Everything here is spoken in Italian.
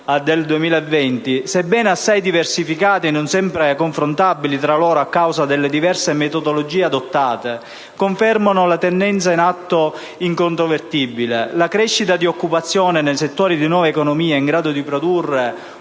al 2020, sebbene assai diversificati e non sempre confrontabili tra loro a causa delle diverse metodologie adottate, confermano una tendenza in atto incontrovertibile: la crescita di occupazione nei settori di nuova economia in grado di produrre